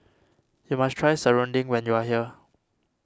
you must try Serunding when you are here